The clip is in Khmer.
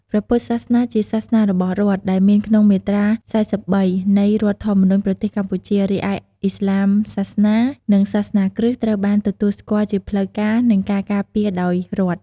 ព្រះពុទ្ធសាសនាជាសាសនារបស់រដ្ឋ ដែលមានក្នុង មាត្រា ៤៣ នៃរដ្ឋធម្មនុញ្ញប្រទេសកម្ពុជា រីឯ ឥស្លាមសាសនា និងសាសនាគ្រិស្តត្រូវបានទទួលស្គាល់ជាផ្លូវការ និងការការពារដោយរដ្ឋ។